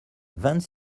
vingt